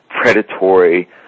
predatory